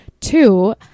Two